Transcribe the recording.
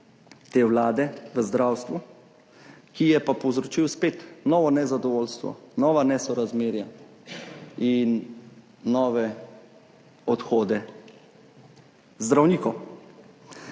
te vlade v zdravstvu, ki je pa povzročil spet novo nezadovoljstvo, nova nesorazmerja in nove odhode zdravnikov.